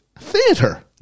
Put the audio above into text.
theater